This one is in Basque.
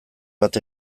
bat